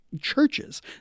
Churches